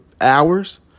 hours